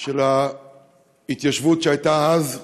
של ההתיישבות שהייתה אז,